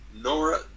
Nora